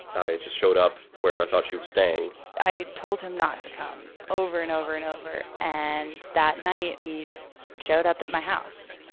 i just showed up where i thought she was staying m i told him not to come over and over and over. and that night, he showed up at my house.